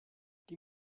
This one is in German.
die